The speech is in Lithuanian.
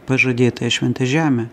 pažadėtąją šventą žemę